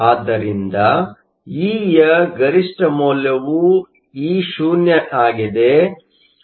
ಆದ್ದರಿಂದ E ಯ ಗರಿಷ್ಠ ಮೌಲ್ಯವು Eo ಆಗಿದೆ